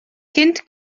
kind